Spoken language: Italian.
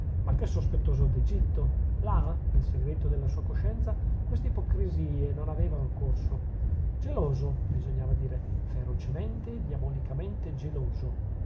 ma che sospettoso d'egitto là nel segreto della sua coscienza queste ipocrisie non avevano corso geloso bisognava dire ferocemente diabolicamente geloso